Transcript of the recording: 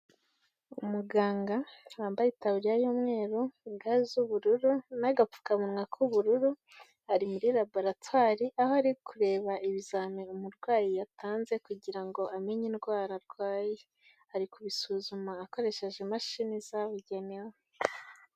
Umuganga wambaye itaburiya y'umweru, ga z'ubururu n'agapfukamunwa k'ubururu, ari muri laboratware aho ari kureba ibizamini umurwayi yatanze kugira ngo amenye indwara arwaye. Ari kubisuzuma akoresheje imashini zabugenewe.